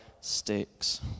stakes